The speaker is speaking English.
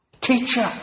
teacher